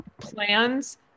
plans